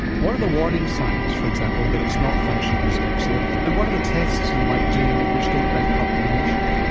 what are the warning signs, for example, that it's not functional dyspepsia, and what are the tests that you might do which don't bankrupt the nation?